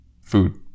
food